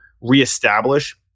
reestablish